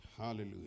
Hallelujah